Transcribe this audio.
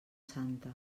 santa